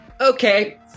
Okay